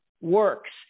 works